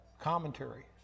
commentary